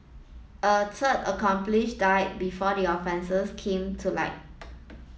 a third accomplish died before the offences came to light